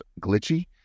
glitchy